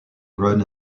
run